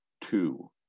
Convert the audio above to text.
two